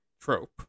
trope